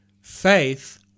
Faith